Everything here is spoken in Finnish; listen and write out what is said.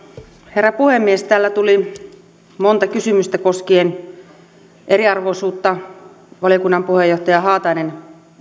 herra puhemies täällä tuli monta kysymystä koskien eriarvoisuutta valiokunnan puheenjohtaja haatainen